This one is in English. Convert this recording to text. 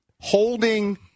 holding